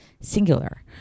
singular